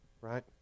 right